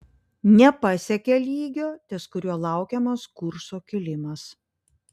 nepasiekė lygio ties kuriuo laukiamas kurso kilimas